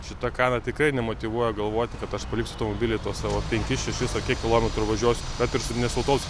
šita kaina tikrai nemotyvuoja galvoti kad aš paliksiu tą savo automobilį penkis šešis ar kiek kilometrų važiuosiu kad ir ne su autobusu